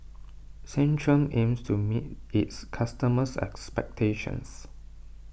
Centrum aims to meet its customers' expectations